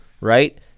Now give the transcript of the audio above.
right